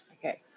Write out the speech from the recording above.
Okay